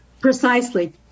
precisely